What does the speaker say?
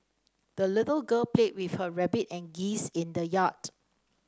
the little girl played with her rabbit and geese in the yard